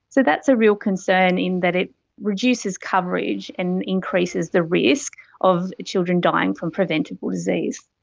so that's a real concern in that it reduces coverage and increases the risk of children dying from preventable disease.